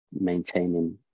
maintaining